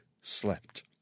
slept